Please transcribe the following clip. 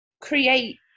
create